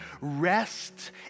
rest